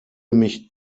mich